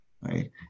right